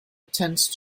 attend